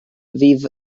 ddydd